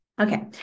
Okay